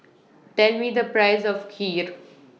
Tell Me The Price of Kheer